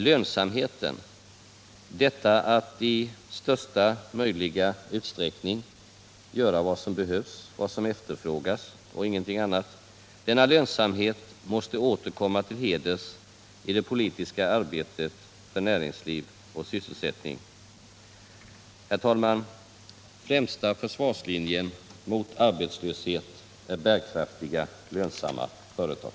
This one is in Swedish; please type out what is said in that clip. Lönsamheten — detta att i största möjliga utsträckning göra vad som behövs, vad som efterfrågas och ingenting annat — måste åter komma till heders i det politiska arbetet för näringsliv och sysselsättning. Herr talman! Främsta försvarslinjen mot arbetslöshet är bärkraftiga, lönsamma företag.